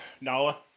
Nala